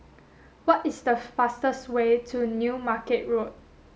what is the fastest way to New Market Road